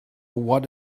what